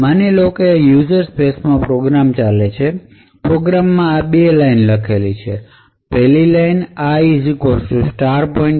માની લઈએ કે યુઝર સ્પેસમાં પ્રોગ્રામ ચાલે છે અને પ્રોગ્રામમાં આ બે line લખેલી છે પહેલી લાઈન ipointer